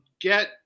get